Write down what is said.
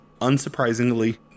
Unsurprisingly